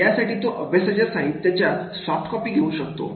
यासाठी तो अभ्यासाच्या साहित्याच्या सॉफ्ट कॉपी घेऊ शकतो